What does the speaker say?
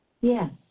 Yes